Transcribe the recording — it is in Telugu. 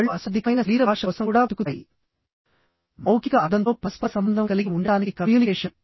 కళ్ళు అశాబ్దికమైన శరీర భాష కోసం కూడా వెతుకుతాయి మౌఖిక అర్థంతో పరస్పర సంబంధం కలిగి ఉండటానికి కమ్యూనికేషన్